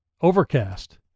Overcast